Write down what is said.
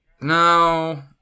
No